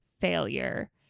failure